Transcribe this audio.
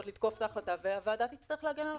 לתקוף את ההחלטה והוועדה תצטרך להגן על החלטתה.